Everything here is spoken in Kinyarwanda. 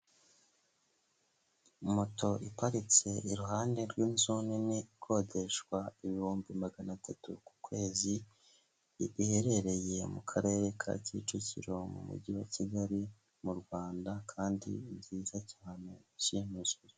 Moto iparitse iruhande rw'inzu nini ikodeshwa ibihumbi magana atatu ku kwezi, biherereye mu karere ka Kicukiro, mu mujyi wa Kigali, mu Rwanda kandi nziza cyane, ishimishije.